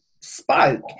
spoke